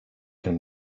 can